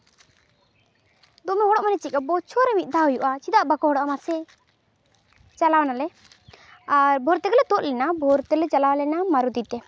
ᱫᱚᱢᱮ ᱦᱚᱲᱚᱜ ᱫᱚ ᱪᱮᱫ ᱞᱮᱠᱟ ᱵᱚᱪᱷᱚᱨ ᱨᱮ ᱢᱤᱫ ᱫᱷᱟᱣ ᱦᱩᱭᱩᱜᱼᱟ ᱪᱮᱫᱟᱜ ᱵᱟᱠᱚ ᱦᱚᱲᱚᱜᱼᱟ ᱢᱟᱥᱮ ᱪᱟᱞᱟᱣᱱᱟᱞᱮ ᱟᱨ ᱵᱷᱳᱨ ᱛᱮᱜᱮ ᱛᱩᱫ ᱞᱮᱱᱟ ᱵᱷᱳᱨ ᱛᱮᱞᱮ ᱪᱟᱞᱟᱣ ᱞᱮᱱᱟ ᱢᱟᱨᱩᱛᱤ ᱛᱮ